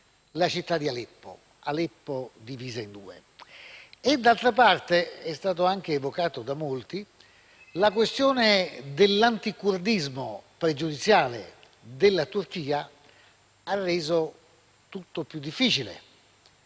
la città di Aleppo, che è divisa in due. D'altra parte, è stata evocata da molti la questione dell'anticurdismo pregiudiziale della Turchia, che ha reso tutto più difficile.